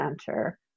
Center